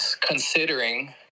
considering